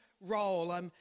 Role